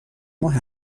ماه